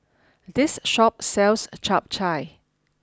this shop sells Chap Chai